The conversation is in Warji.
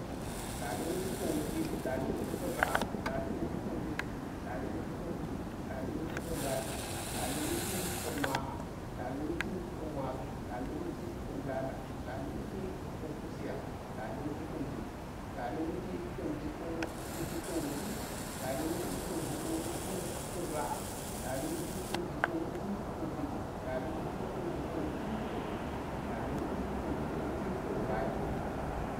Dali wuti khin wuti dali wuti khin ra'a, dali witi khin fudi dali wuti khin valthi; dali wuti khin maha dali wutichin masir, dali wati khin thatha dali wutikhin kusiya, dali wati khindubb dali wuti khin jubbun wuti khin kusiya wuta daliwute Khin Julbun watikhin raa, dali wuti khin Jubbun wuti khin kloji, dali wuti khin jubbun rufi khin fudil dali wuti khin Jubbun wuti khin valthi.